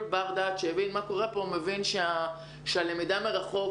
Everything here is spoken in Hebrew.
כל בר דעת שמבין מה שקורה פה מבין שהלמידה מרחוק